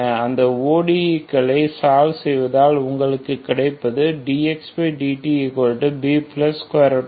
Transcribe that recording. அந்த ODE கள் solve செய்தால் உங்களுக்கு கிடைப்பது dxdtBB2 4AC2A2c2c